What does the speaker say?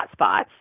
hotspots